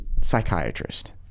psychiatrist